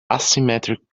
asymmetric